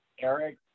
Eric